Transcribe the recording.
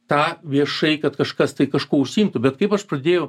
tą viešai kad kažkas tai kažkuo užsiimtų bet kaip aš pradėjau